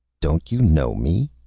don't you know me?